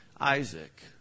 Isaac